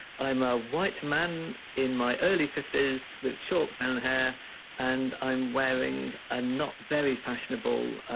i'm a white man in my early fifties with short brown hair and i'm wearing a not very fashionable,